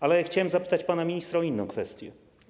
Ale chciałem zapytać pana ministra o inną kwestię.